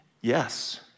Yes